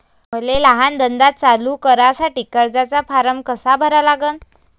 मले लहान धंदा चालू करासाठी कर्जाचा फारम कसा भरा लागन?